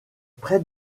près